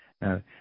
Now